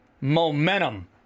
momentum